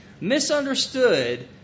misunderstood